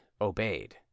obeyed